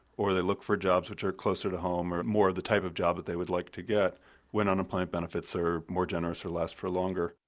or they look for jobs which are closer to home. or more of the type of job that they would like to get when unemployment benefits are more generous or less for longer.